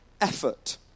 effort